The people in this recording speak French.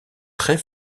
très